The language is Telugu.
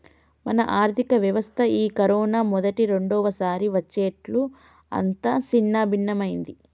మన ఆర్థిక వ్యవస్థ ఈ కరోనా మొదటి రెండవసారి వచ్చేట్లు అంతా సిన్నభిన్నమైంది